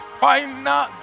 final